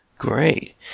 Great